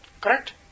correct